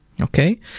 Okay